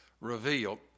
revealed